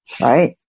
Right